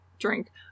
drink